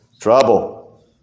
Trouble